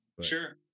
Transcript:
Sure